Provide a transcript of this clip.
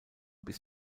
bis